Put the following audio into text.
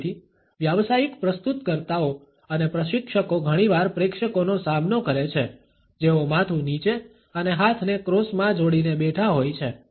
તેથી વ્યાવસાયિક પ્રસ્તુતકર્તાઓ અને પ્રશિક્ષકો ઘણીવાર પ્રેક્ષકોનો સામનો કરે છે જેઓ માથું નીચે અને હાથને ક્રોસ માં જોડીને બેઠા હોય છે